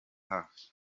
hafi